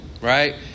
right